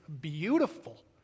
beautiful